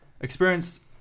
experienced